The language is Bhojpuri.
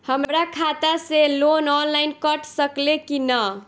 हमरा खाता से लोन ऑनलाइन कट सकले कि न?